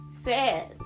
says